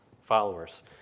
followers